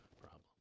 problem